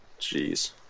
Jeez